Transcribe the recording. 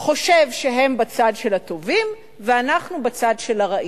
חושב שהם בצד של הטובים ואנחנו בצד של הרעים.